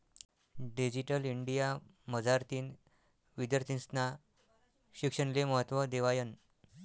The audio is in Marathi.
डिजीटल इंडिया मझारतीन विद्यार्थीस्ना शिक्षणले महत्त्व देवायनं